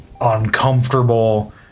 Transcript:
uncomfortable